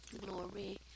glory